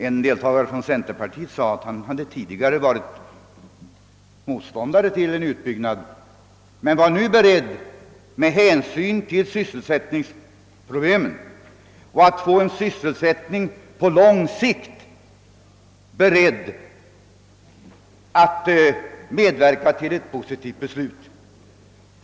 En deltagare från centerpartiet sade att han tidigare varit motståndare till en utbyggnad men nu var beredd att medverka till ett positivt beslut för att åstadkomma sysselsättning på lång sikt.